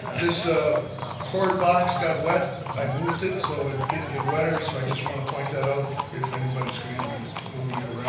this ah cord box got wet. i moved it so it didn't get wetter. so i just want to point that out if anybody's going to be moving it around.